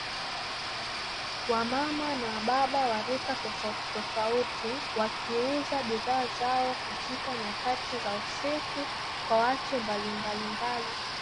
Wamama na wababa warika tofautitofauti, wakiuza bidhaa zao nyakati za usiku kwa watu mbalimbali.